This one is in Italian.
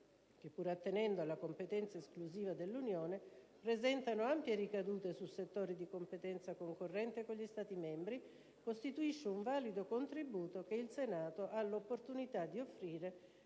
che, pur attenendo alla competenza esclusiva dell'Unione, presentano ampie ricadute su settori di competenza concorrente con gli Stati membri, costituisce un valido contributo che il Senato ha l'opportunità di offrire